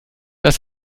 dass